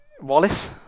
Wallace